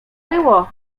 było